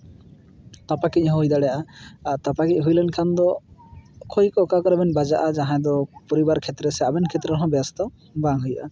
ᱛᱟᱯᱟᱠᱤᱡ ᱦᱚᱸ ᱦᱩᱭ ᱫᱟᱲᱮᱭᱟᱜᱼᱟ ᱟᱨ ᱛᱟᱯᱟᱠᱤᱡ ᱦᱩᱭ ᱞᱮᱱᱠᱷᱟᱱ ᱫᱚ ᱠᱷᱩᱵ ᱚᱠᱟ ᱠᱚᱨᱮ ᱵᱮᱱ ᱵᱟᱡᱟᱜᱼᱟ ᱡᱟᱦᱟᱸᱭ ᱫᱚ ᱯᱚᱨᱤᱵᱟᱨ ᱠᱷᱮᱛᱨᱮ ᱥᱮ ᱟᱵᱮᱱ ᱠᱷᱮᱛᱨᱮ ᱨᱮᱦᱚᱸ ᱵᱮᱥ ᱫᱚ ᱵᱟᱝ ᱦᱩᱭᱩᱜᱼᱟ